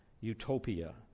utopia